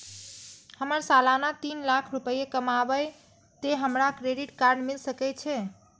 हमर सालाना तीन लाख रुपए कमाबे ते हमरा क्रेडिट कार्ड मिल सके छे?